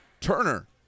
Turner